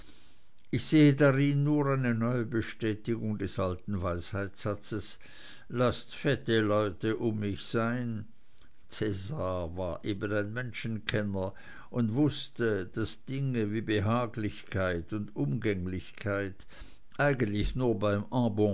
ich sehe darin nur eine neue bestätigung des alten weisheitssatzes laßt fette leute um mich sein cäsar war eben ein menschenkenner und wußte daß dinge wie behaglichkeit und umgänglichkeit eigentlich nur beim